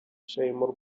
shimon